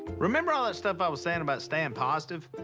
remember all that stuff i was saying about staying positive?